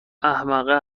احمقه